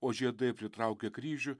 o žiedai pritraukia kryžių